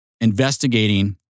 investigating